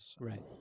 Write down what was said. Right